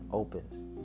opens